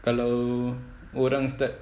kalau korang start